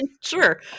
sure